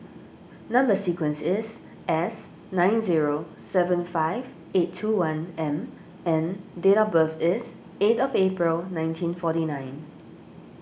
Number Sequence is S nine zero seven five eight two one M and date of birth is eight April nineteen forty nine